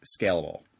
scalable